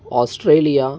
Australia